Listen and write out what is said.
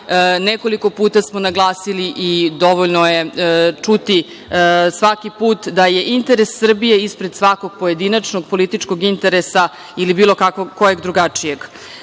nekoliko puta smo naglasili i dovoljno je čuti svaki put da je interes Srbije ispred svakog pojedinačnog, političkog interesa ili bilo kojeg drugačijeg. Ovo